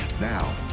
Now